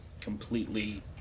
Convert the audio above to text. completely